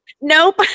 Nope